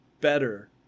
better